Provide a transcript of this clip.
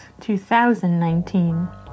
2019